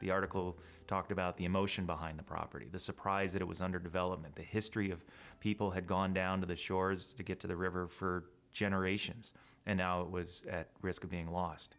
the article talked about the emotion behind the property the surprise that it was under development the history of people had gone down to the shores to get to the river for generations and now it was at risk of being lost